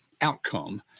outcome